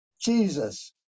Jesus